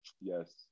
Yes